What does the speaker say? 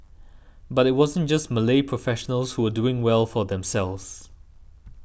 but it wasn't just Malay professionals who were doing well for themselves